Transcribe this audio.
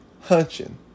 hunching